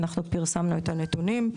פרסמנו את הנתונים.